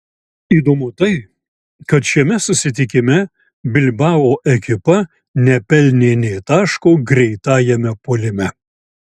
įdomu tai kad šiame susitikime bilbao ekipa nepelnė nė taško greitajame puolime